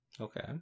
okay